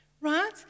Right